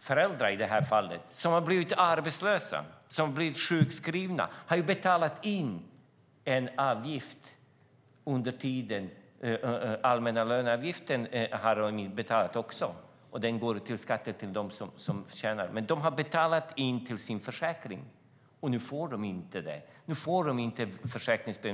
föräldrar - i det här fallet - som har blivit arbetslösa och sjukskrivna har betalat in en avgift under den tid då de har haft jobb. Den allmänna löneavgiften har de också betalat, och den går till skattesänkningar till dem som tjänar pengar. De har betalat in till sin försäkring, och nu får de inte ut något på den.